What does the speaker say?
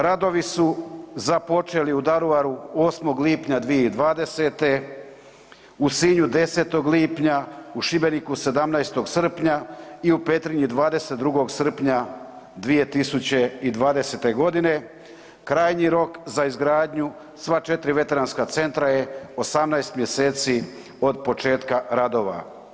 Radovi su započeli u Daruvaru 8. lipnja 2020., u Sinju 10. lipnja, u Šibeniku 17. srpnja i u Petrinji 22. srpnja 2020. g., krajnji rok za izgradnju sva 4 veteranska centra je 18 mj. od početka radova.